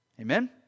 Amen